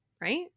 Right